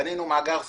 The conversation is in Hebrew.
בנינו מאגר ספקים,